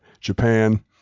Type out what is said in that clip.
Japan